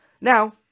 Now